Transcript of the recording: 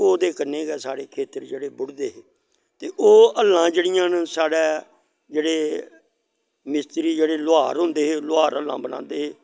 ते ओह्दे कन्नै गै साढ़े खेत्तर जेह्ड़े बुढ़दे हे ओह् हल्लां जेह्ड़ियां न साढ़ै जेह्ड़े मिस्त्री जेह्ड़े लुहार होंदे हे लुहार हल्लां बनांदे हे